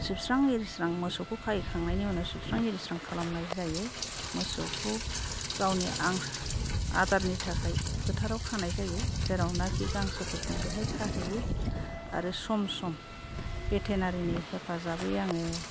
सिबस्रां एरिस्रां मोसौखौ खाहैखांनायनि उनाव सिबस्रां एरिस्रां खालामनाय जायो मोसौखौ गावनि आदारनि थाखाय फोथाराव खानाय जायो जेरावनाखि गांसोफोर दं बेहाय खाहैयो आरो सम सम भेटेनारिनि हेफाजाबै आङो